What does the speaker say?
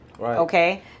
Okay